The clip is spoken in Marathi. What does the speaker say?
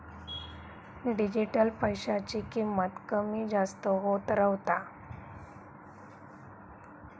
डिजिटल पैशाची किंमत कमी जास्त होत रव्हता